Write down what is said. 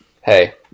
hey